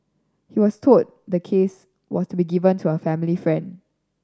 he was told the case was to be given to a family friend